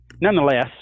nonetheless